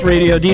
Radio